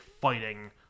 fighting